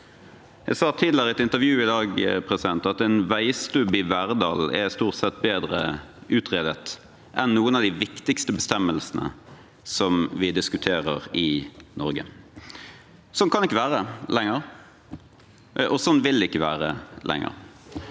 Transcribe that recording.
Jeg sa tidligere i et intervju i dag at en veistubb i Verdal er stort sett bedre utredet enn noen av de viktigste bestemmelsene vi diskuterer i Norge. Slik kan det ikke være lenger, og slik vil det ikke være lenger.